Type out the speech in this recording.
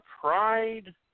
Pride